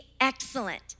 excellent